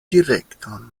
direkton